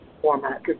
format